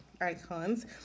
icons